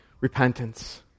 Repentance